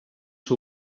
seu